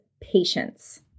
patience